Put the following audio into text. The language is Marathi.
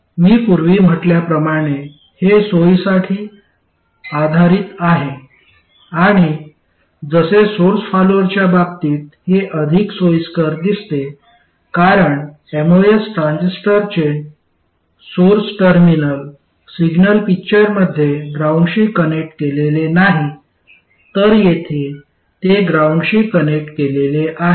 मी पूर्वी म्हटल्याप्रमाणे हे सोयीसाठी आधारित आहे आणि जसे सोर्स फॉलोअरच्या बाबतीत हे अधिक सोयीस्कर दिसते कारण एमओएस ट्रान्झिस्टरचे सोर्स टर्मिनल सिग्नल पिक्चरमध्ये ग्राउंडशी कनेक्ट केलेले नाही तर येथे ते ग्राउंडशी कनेक्ट केलेले आहे